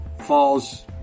falls